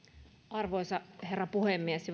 arvoisa herra puhemies